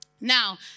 Now